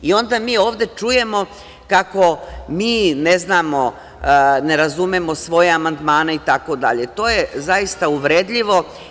Onda mi ovde čujemo kako mi ne znamo, ne razumemo svoje amandmane itd. to je zaista uvredljivo.